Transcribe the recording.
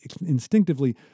instinctively